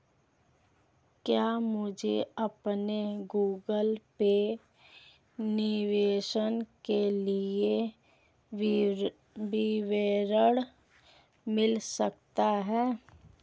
क्या मुझे अपने गूगल पे निवेश के लिए विवरण मिल सकता है?